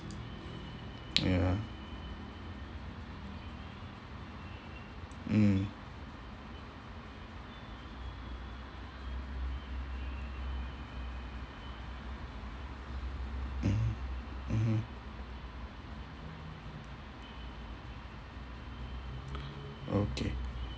ya mm mm mmhmm okay